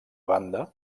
banda